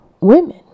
Women